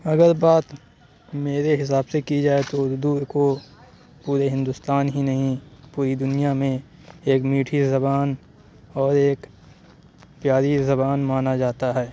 اگر بات میرے حساب سے کی جائے تو اُردو کو پورے ہندوستان ہی نہیں پوری دنیا میں ایک میٹھی زبان اور ایک پیاری زبان مانا جاتا ہے